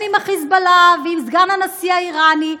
עם ה"חיזבאללה" ועם סגן הנשיא האיראני,